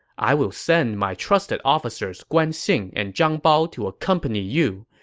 i will send my trusted officers guan xing and zhang bao to accompany you.